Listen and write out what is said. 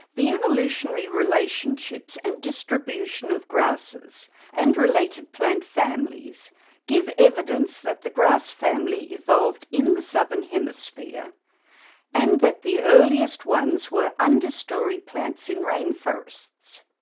the evolutionary relationships and distribution of grasses and related plant families give evidence that the grass family evolved in the southern hemisphere and that the earliest ones were under-storey plants in rainforests.